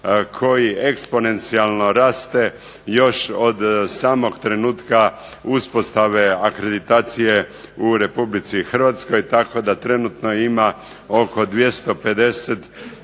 koji eksponencijalno raste još od samog trenutka uspostave akreditacije u Republici Hrvatskoj, tako da trenutno ima oko 250